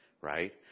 Right